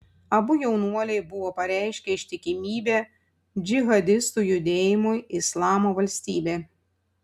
abu jaunuoliai buvo pareiškę ištikimybę džihadistų judėjimui islamo valstybė